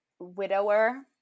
widower